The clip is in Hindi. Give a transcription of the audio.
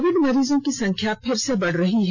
कोविड मरीजों की संख्या फिर से बढ़ रही है